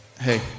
hey